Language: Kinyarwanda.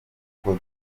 kuko